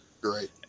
Great